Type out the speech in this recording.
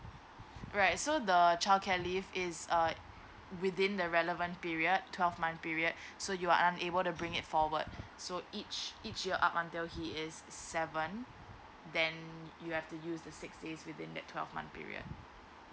alright so the childcare leave is err within the relevant period twelve month period so you are unable to bring it forward so each each your up until he is seven then you have to use the six days within that twelve month period